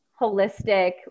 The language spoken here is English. holistic